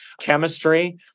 chemistry